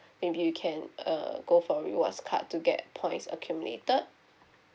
maybe you can uh go for rewards card to get points accumulated